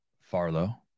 Farlow